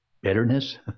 bitterness